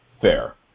fair